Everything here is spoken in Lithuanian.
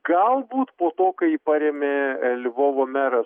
galbūt po to kai parėmė lvovo meras